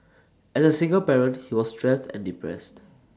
as A single parent he was stressed and depressed